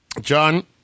John